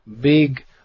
big